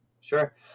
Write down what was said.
Sure